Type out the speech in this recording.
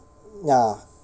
ya